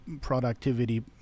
productivity